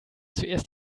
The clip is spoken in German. zuerst